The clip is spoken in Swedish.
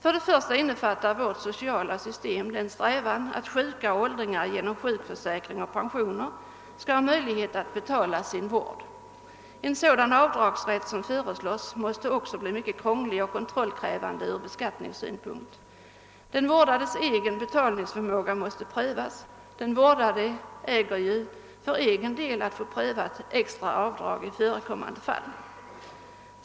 Vårt sociala system innefattar emellertid en strävan att sjuka och åldringar genom sjukförsäkring och pensioner skall ha möjlighet att betala för sin vård. En avdragsrätt som den föreslagna måste också bli mycket krånglig och kontroll krävande från beskattningssynpunkt. Den vårdades egen betalningsförmåga måste prövas. Den vårdade äger ju att för egen del få prövat ett extra avdrag i förekommande fall.